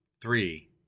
Three